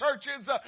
churches